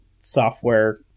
software